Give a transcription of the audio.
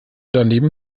daneben